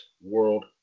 World